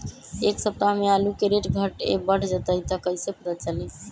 एक सप्ताह मे आलू के रेट घट ये बढ़ जतई त कईसे पता चली?